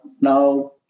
Now